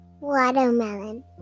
Watermelon